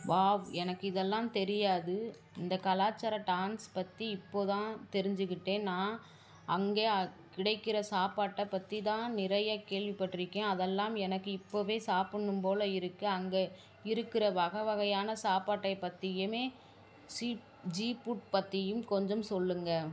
wow எனக்கு இதெல்லாம் தெரியாது இந்த கலாச்சார டான்ஸ் பற்றி இப்போ தான் தெரிஞ்சிக்கிட்டேன் நான் அங்கே கிடைக்கிற சாப்பாட்டை பற்றிதான் நிறையா கேள்விப்பட்டுருக்கேன் அதெல்லாம் எனக்கு இப்போவே சாப்புடணும்போல இருக்கு அங்கே இருக்கிற வகை வகையான சாப்பாட்டை பற்றியுமே சீ ஜீ புட் பற்றியும் கொஞ்சம் சொல்லுங்கள்